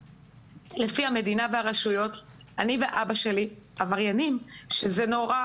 לפי המדינה והרשויות אני ואבא שלי עבריינים שזה נורא